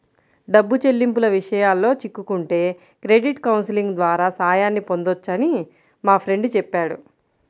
డబ్బు చెల్లింపుల విషయాల్లో చిక్కుకుంటే క్రెడిట్ కౌన్సిలింగ్ ద్వారా సాయాన్ని పొందొచ్చని మా ఫ్రెండు చెప్పాడు